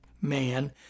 man